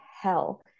hell